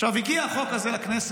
עכשיו, הגיע החוק הזה לכנסת.